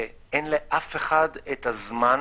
שאין לאף אחד את הזמן